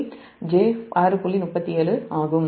37 ஆகும்